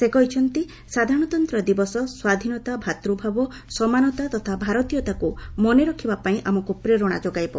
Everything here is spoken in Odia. ସେ କହିଛନ୍ତି ସାଧାରଣତନ୍ତ୍ର ଦିବସ ସ୍ୱାଧୀନତା ଭ୍ରାତୃଭାବ ସମାନତା ତଥା ଭାରତୀୟତାକୁ ମନେ ରଖିବାପାଇଁ ଆମକୁ ପ୍ରେରଣା ଯୋଗାଇବ